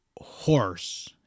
horse